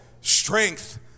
strength